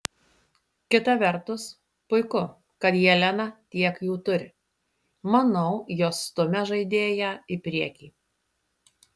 kita vertus puiku kad jelena tiek jų turi manau jos stumia žaidėją į priekį